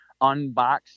unbox